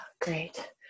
great